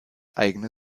eigene